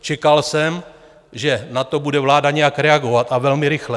Čekal jsem, že na to bude vláda nějak reagovat, a velmi rychle.